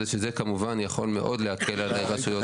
שזה כמובן יכול מאוד להקל על הרשויות המקומיות.